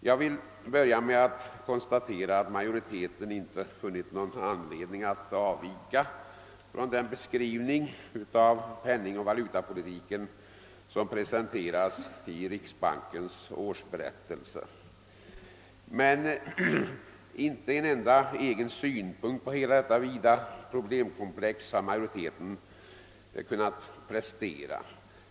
Jag vill börja med att konstatera att majoriteten inte funnit någon anledning att avvika från den beskrivning av penningoch valutapolitiken som presenteras i riksbankens årsberättelse. Men inte en enda egen synpunkt på hela detta vida problemkomplex har majoriteten kunnat prestera.